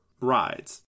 rides